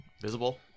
visible